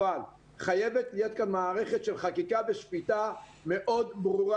אבל חייבת להיות כאן מערכת של חקיקה ושפיטה מאוד ברורה.